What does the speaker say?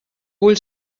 vull